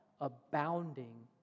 abounding